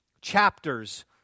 chapters